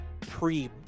pre